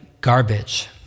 garbage